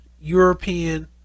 European